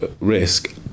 risk